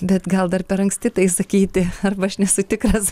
bet gal dar per anksti tai sakyti arba aš nesu tikras